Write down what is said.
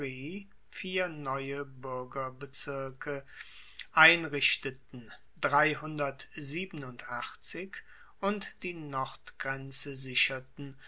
vier neue buergerbezirke einrichteten und die nordgrenze sicherten